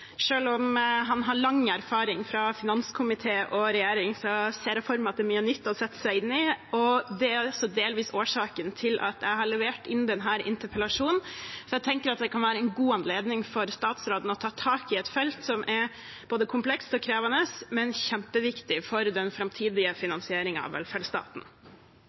om han har lang erfaring fra finanskomité og regjering, ser jeg for meg at det er mye nytt å sette seg inn i. Det er også delvis årsaken til at jeg har levert inn denne interpellasjonen, for jeg tenker at det kan være en god anledning for statsråden til å ta tak i et felt som er både komplekst og krevende, men kjempeviktig for den framtidige finansieringen av velferdsstaten.